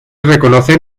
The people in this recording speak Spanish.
reconocen